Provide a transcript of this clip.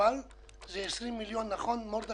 שהועבר זה 20 מיליון שקל.